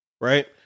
right